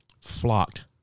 flocked